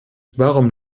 warum